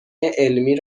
علمی